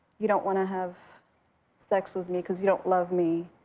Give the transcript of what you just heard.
you don't want to have sex with me cause you don't love me.